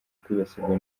kwibasirwa